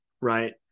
Right